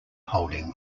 holding